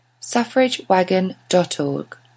suffragewagon.org